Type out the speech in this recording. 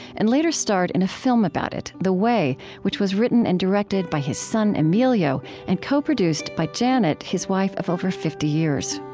and later starred in a film about it, the way, which was written and directed by his son, emilio, and co-produced by janet, his wife of over fifty years